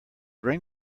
bring